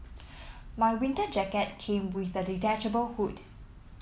my winter jacket came with a detachable hood